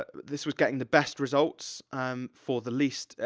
ah this was getting the best results um for the least,